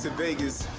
vegas.